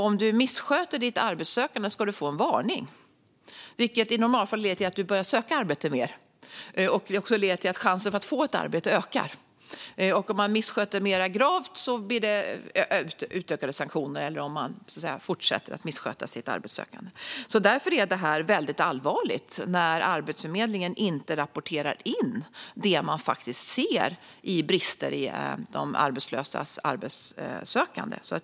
Om du missköter ditt arbetssökande ska du få en varning, vilket i normalfallet leder till att du börjar söka arbete mer och till att chansen att få ett arbete ökar. Om du fortsätter att missköta ditt arbetssökande eller missköter det mer gravt blir det utökade sanktioner. Därför är det väldigt allvarligt när Arbetsförmedlingen inte rapporterar in det man ser i form av brister i de arbetslösas arbetssökande.